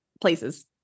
places